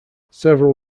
several